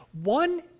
one